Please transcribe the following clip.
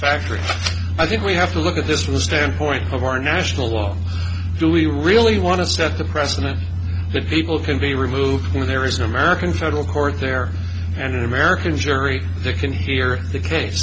factory i think we have to look at this was standpoint of our national well do we really want to set the precedent that people can be removed when there is an american federal court there and an american jury that can hear the ca